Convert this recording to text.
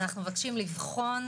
אנו מבקשים לבחון,